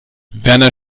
werner